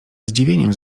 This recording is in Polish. zdziwieniem